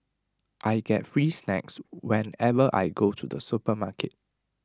I get free snacks whenever I go to the supermarket